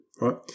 right